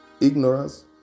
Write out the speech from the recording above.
ignorance